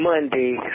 Monday